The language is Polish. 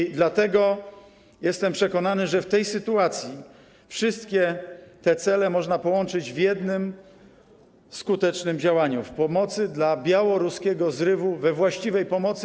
I dlatego jestem przekonany, że w tej sytuacji wszystkie te cele można połączyć w jednym skutecznym działaniu, w pomocy dla białoruskiego zrywu, we właściwej pomocy.